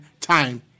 time